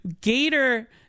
Gator –